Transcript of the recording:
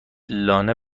لانه